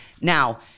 Now